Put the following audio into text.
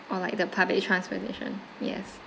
or like the public transportation yes